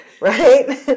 right